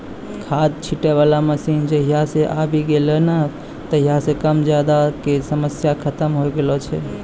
खाद छीटै वाला मशीन जहिया सॅ आबी गेलै नी हो तहिया सॅ कम ज्यादा के समस्या खतम होय गेलै